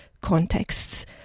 contexts